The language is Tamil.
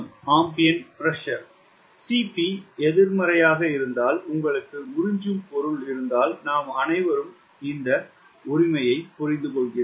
Cp எதிர்மறையாக இருந்தால் உங்களுக்கு உறிஞ்சும் பொருள் இருந்தால் நாம் அனைவரும் அந்த உரிமையை புரிந்துகொள்கிறோம்